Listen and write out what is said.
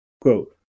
Quote